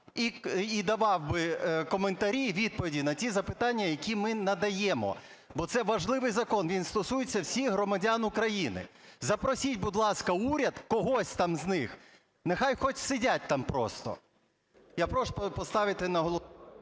і давав коментарі і відповіді на ті запитання, які ми надаємо. Бо це важливий закон, він стосується всіх громадян України. Запросіть, будь ласка, уряд, когось там з них, нехай хоч сидять там просто. Я прошу поставити на…